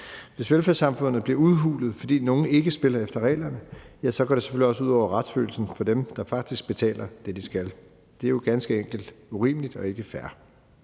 Hvis velfærdssamfundet bliver udhulet, fordi nogle ikke spiller efter reglerne, så går det selvfølgelig også ud over retsfølelsen hos dem, der faktisk betaler det, de skal. Det er jo ganske enkelt urimeligt og ikke fair.